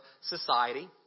society